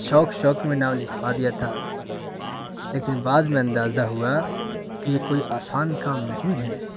شوق شوق میں نام لکھوا دیا تھا لیکن بعد میں اندازہ ہوا کہ یہ کوئی آسان کام نہیں ہے